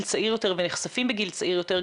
צעיר יותר ונחשפים בגיל צעיר יותר,